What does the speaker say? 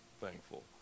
thankful